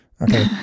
Okay